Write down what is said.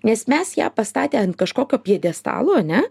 nes mes ją pastatę ant kažkokio pjedestalo ane